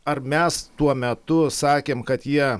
ar mes tuo metu sakėm kad jie